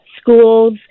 schools